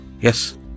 Yes